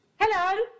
Hello